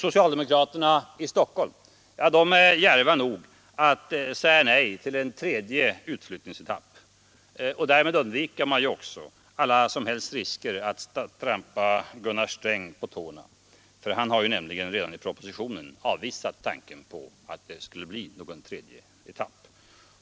Socialdemokraterna i Stockholm är djärva nog att säga nej till en tredje utflyttningsetapp. Därmed undviker man också risken att trampa Gunnar Sträng på tårna; han har nämligen redan i propositionen avvisat tanken på att det skulle bli någon tredje etapp.